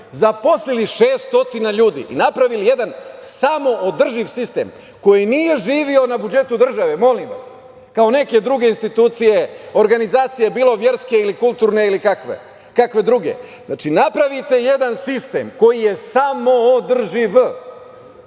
zaposlili 600 ljudi i napravili jedan samoodrživ sistem koji nije živio na budžetu države kao neke druge institucije, organizacije, bilo verske ili kulturne ili kakve druge. Znači, napravite jedan sistem koji je samoodrživ,